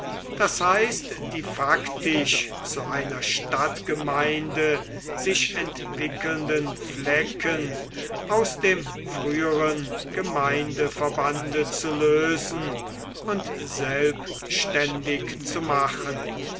das heißt die faktisch zu einer stadtgemeinde sich entwickelnden flecken aus dem früheren gemeindeverbande zu lösen und selbständig zu machen